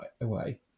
away